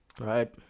right